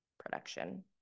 production